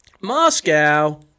Moscow